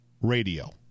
radio